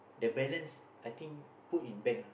the balance I think put in bank lah